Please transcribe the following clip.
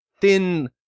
thin